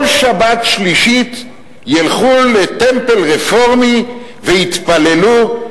כל שבת שלישית ילכו ל"טמפל" רפורמי ויתפללו,